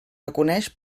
reconeix